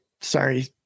sorry